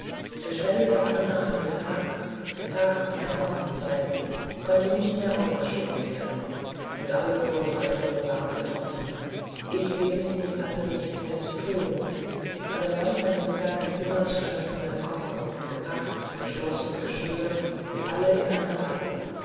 der schnell herannahende tag der tag meiner hochzeit konnte nicht mehr aufgeschoben werden und alle vorbereitungen waren getroffen ich wenigstens hatte nichts mehr zu thun an der wand meines kleinen zimmers standen meine koffer gepackt verschlossen geschnürt alle in einer reihe